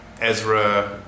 Ezra